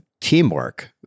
teamwork